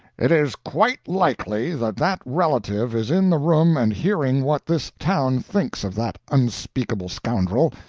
it is quite likely that that relative is in the room and hearing what this town thinks of that unspeakable scoundrel.